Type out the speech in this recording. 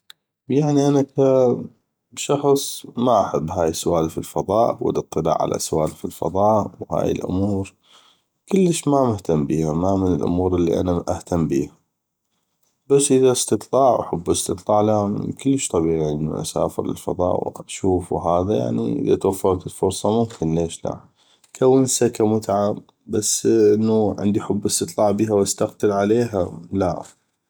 يعني أنا ك شخص ما احب هاي سوالف الفضاء والاطلاع على سوالف الفضاء وهاي الامور كلش ما مهتم بيها ما من الامور اللي انا مهتم بيها بس اذا استطلاع وحب استطلاع كلش طبيعي اسافر واشوف وهذا يعني اذا توفرت الفرصه ليش لا كونسه كمتعه بس انو عندي حب استطلاع بيها واستقتل عليها لا